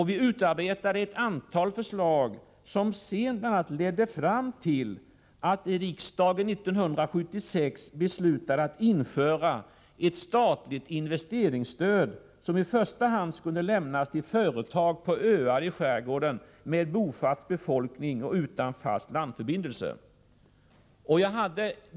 Vi utarbetade ett antal förslag som sedan bl.a. ledde fram till att riksdagen 1976 beslutade att införa ett statligt investeringsstöd som i första hand skulle lämnas till företag på öar i skärgården med bofast befolkning och utan fast landförbindelse.